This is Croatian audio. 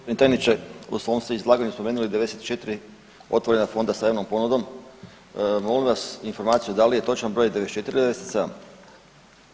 Državni tajniče u svom ste izlaganju spomenuli 94 otvorena fonda s javnom ponudom, molim vas informaciju da li je točan broj 94 ili 97?